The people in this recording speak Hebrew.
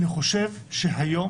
אני חושב שהיום